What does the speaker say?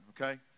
okay